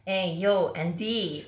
!hey! you aunty